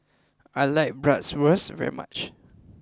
I like Bratwurst very much